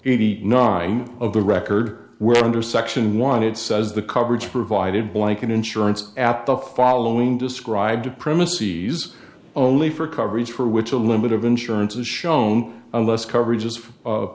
eighty nine of the record we're under section one it says the coverage provided blanket insurance at the following described premises only for coverage for which a limit of insurance is shown unless coverage is